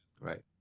Right